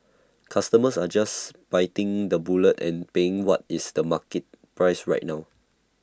customers are just biting the bullet and paying what is the market price right now